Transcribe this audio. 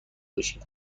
باشیم